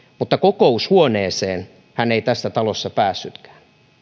mutta kokoushuoneeseen hän ei tässä talossa päässytkään